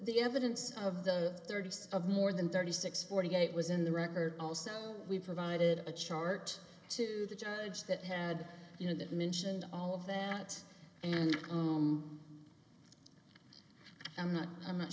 the evidence of the thirtieth of more than thirty six forty eight was in the record also we provided a chart to the judge that had you know that mentioned all of that and own i'm not i'm not